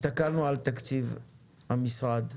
הסתכלנו על תקציב המשרד,